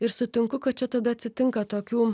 ir sutinku kad čia tada atsitinka tokių